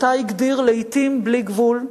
שאותה הגדיר לעתים "בלי גבול".